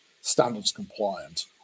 standards-compliant